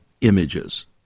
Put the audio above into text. images